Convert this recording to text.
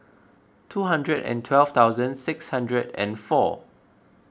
two hundred and twelve thousand six hundred and four